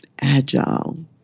agile